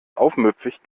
aufmüpfig